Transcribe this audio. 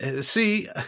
See